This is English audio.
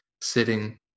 sitting